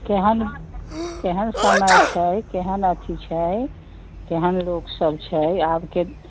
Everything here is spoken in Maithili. केहन केहन समय छै केहन अथी छै केहन लोकसब छै आबके